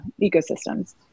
ecosystems